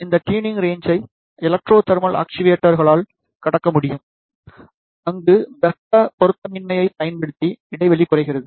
இந்த ட்யுண்ணிங் ரேன்ச்சை electro thermal ஆக்சுவேட்டர்களால் கடக்க முடியும் அங்கு வெப்ப பொருத்தமின்மையைப் பயன்படுத்தி இடைவெளி குறைகிறது